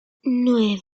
nueve